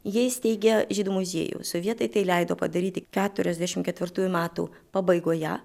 jie įsteigė žydų muziejų sovietai tai leido padaryti keturiasdešim ketvirtųjų metų pabaigoje